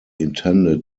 intended